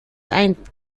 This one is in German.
einzahlt